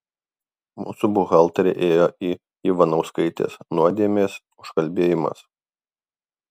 mūsų buhalterė ėjo į ivanauskaitės nuodėmės užkalbėjimas